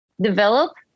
develop